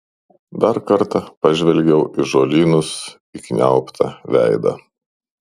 dar kartą pažvelgiau į žolynus įkniaubtą veidą